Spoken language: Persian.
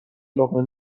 لقمه